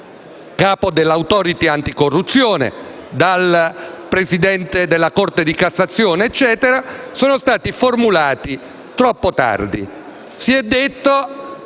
capo dell'*Authority* anticorruzione, dal presidente della Corte di cassazione e da altri) sarebbero stati formulati troppo tardi